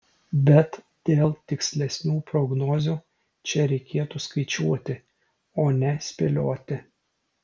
bet dėl tikslesnių prognozių čia reikėtų skaičiuoti o ne spėlioti